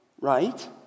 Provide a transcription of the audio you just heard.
right